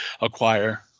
acquire